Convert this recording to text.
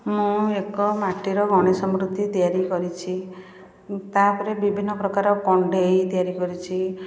ମୁଁ ଏକ ମାଟିର ଗଣେଶ ମୂର୍ତ୍ତି ତିଆରି କରିଛି ତା'ପରେ ବିଭିନ୍ନ ପ୍ରକାର କଣ୍ଢେଇ ତିଆରି କରିଛି